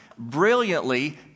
brilliantly